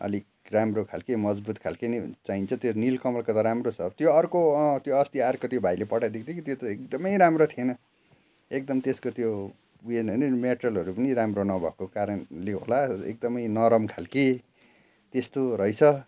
अलिक राम्रो खालको मजबुत खालको नै चाहिन्छ त्यो निलकमलको त राम्रो छ त्यो अर्को अँ त्यो अस्ति अर्को त्यो भाइले पठाइदिएको थियो कि त्यो त एकदमै राम्रो थिएन एकदम त्यसको त्यो ऊ यो हेर्नु नि मेटेरियलहरू पनि राम्रो नभएको कारणले होला एकदमै नरम खालको त्यस्तो रहेछ